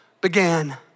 began